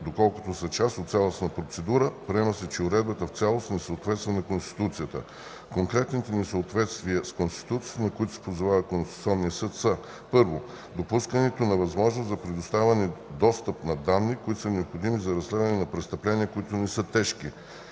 доколкото са част от цялостна процедура, приема, че уредбата в цялост не съответства на Конституцията. Конкретните несъответствия с Конституцията, на които се позовава Конституционният съд, са: 1. допускането на възможност за предоставяне на достъп до данни, които са необходими за разследване на престъпления, които не са тежки